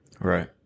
Right